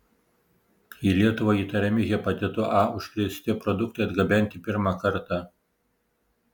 į lietuvą įtariami hepatitu a užkrėsti produktai atgabenti pirmą kartą